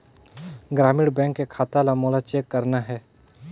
ग्रामीण बैंक के खाता ला मोला चेक करना हे?